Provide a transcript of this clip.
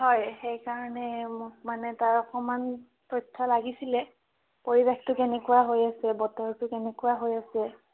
হয় সেইকাৰণে মোক মানে তাৰ অকণমান তথ্য লাগিছিলে পৰিবেশটো কেনেকুৱা হৈ আছে বতৰটো কেনেকুৱা হৈ আছে